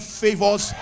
favors